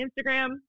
Instagram